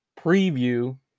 preview